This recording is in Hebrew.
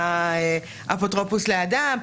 בינתיים מונה אפוטרופוס לאדם,